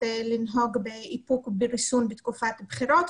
לנהוג באיפוק ברישום בתקופת הבחירות,